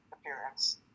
appearance